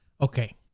Okay